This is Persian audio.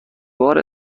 بار